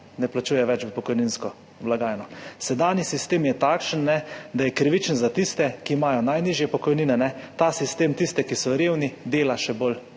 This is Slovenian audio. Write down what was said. ne plačuje več v pokojninsko blagajno. Sedanji sistem je takšen, da je krivičen za tiste, ki imajo najnižje pokojnine. Ta sistem tiste, ki so revni, dela na dolgi